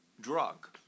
drug